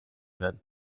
werden